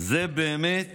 זה באמת